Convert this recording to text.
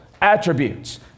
attributes